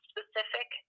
specific